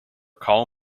call